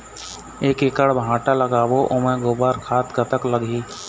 एक एकड़ भांटा लगाबो ओमे गोबर खाद कतक लगही?